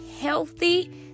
healthy